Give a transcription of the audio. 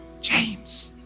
James